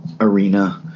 arena